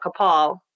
Kapal